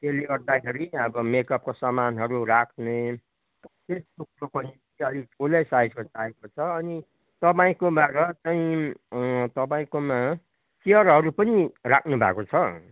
त्यसलेगर्दाखेरि अब मेकअपको सामानहरू राख्ने त्यस्तोको निम्ति चाहिँ अलिक ठुलै साइजको चाहिएको छ अनि तपाईँकोबाट चाहिँ तपाईँकोमा चियरहरू पनि राख्नुभएको छ